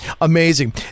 amazing